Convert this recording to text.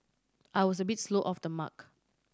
I was a bit slow off the mark